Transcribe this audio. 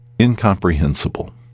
incomprehensible